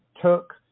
took